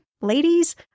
ladies